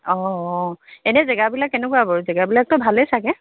অঁ এনেই জেগাবিলাক কেনেকুৱা বাৰু জেগাবিলাকতো ভালেই চাগে